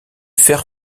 fer